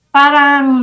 parang